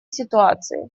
ситуации